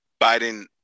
biden